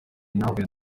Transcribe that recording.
ntahuye